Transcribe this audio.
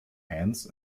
hands